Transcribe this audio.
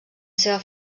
seva